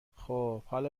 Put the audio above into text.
خوب، حالا